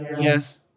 Yes